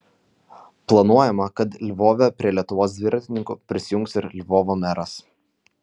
planuojama kad lvove prie lietuvos dviratininkų prisijungs ir lvovo meras